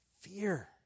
Fear